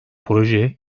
proje